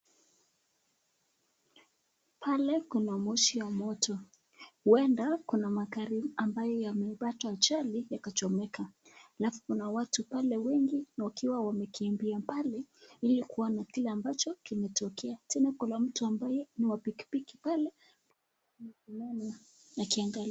Pale kuna moshi ya moto, huenda kuna magari ambayo yamepata ajalli yakachomeka, halafu kuna watu pale wengi wakiwa wamekimbia mbali ili kuona kile ambacho kimetokea, tena kuna mtu ambaye ni wa pikipiki pale..